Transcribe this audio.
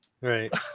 Right